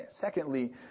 Secondly